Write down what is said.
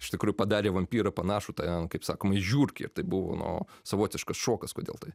iš tikrųjų padarė vampyrą panašų ten kaip sakoma į žiurkę tai buvo nu savotiškas šokas kodėl tai